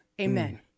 Amen